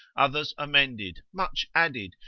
others amended, much added,